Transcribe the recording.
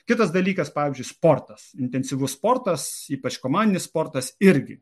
kitas dalykas pavyzdžiui sportas intensyvus sportas ypač komandinis sportas irgi